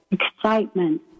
excitement